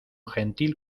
gentil